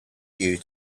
you